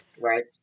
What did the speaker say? Right